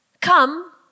Come